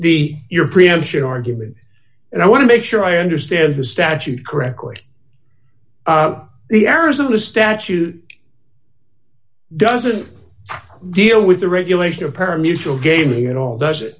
the your preemption argument and i want to make sure i understand the statute correctly the arizona statute doesn't deal with the regulation of her mutual gaming at all does it